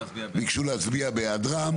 ביקשו להצביע בהיעדרם,